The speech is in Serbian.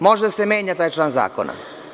Može da se menja taj član zakona.